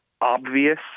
obvious